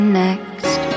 next